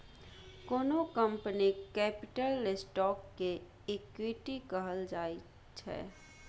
कोनो कंपनीक capital stock केँ इक्विटी कहल जाइ छै